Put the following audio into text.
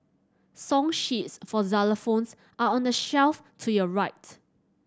song sheets for xylophones are on the shelf to your right